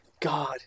God